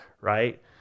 right